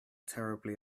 terribly